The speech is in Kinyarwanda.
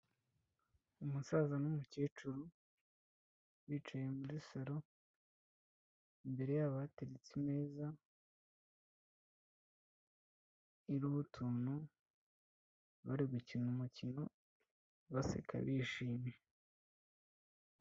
Umusaza n'umukecuru bicaye muri salo, imbere yabo hateretse ameza iriho utuntu bari gukina umukino baseka bishimye.